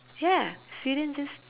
ya sweden just